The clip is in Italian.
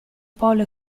polo